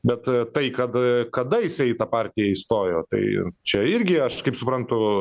bet e tai kad a kada jisai į tą partiją įstojo tai čia irgi aš kaip suprantu